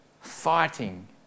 fighting